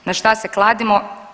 Na šta se kladimo?